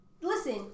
listen